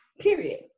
period